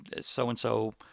so-and-so